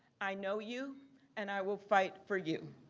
i know you and i will fight for you.